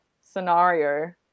scenario